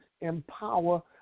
empower